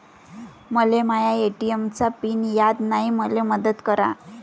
मले माया ए.टी.एम चा पिन याद नायी, मले मदत करा